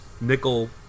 nickel